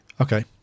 Okay